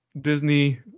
disney